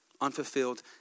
Unfulfilled